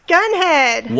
Gunhead